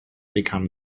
become